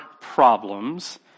problems